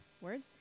words